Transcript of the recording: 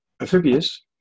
amphibious